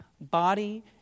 body